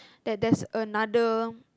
that there's another